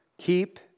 Keep